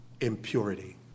Impurity